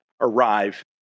arrive